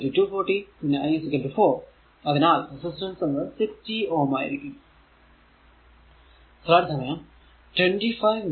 v 240 പിന്നെ i 4 അതിനാൽ resistance എന്നത് 60 Ω ആണ്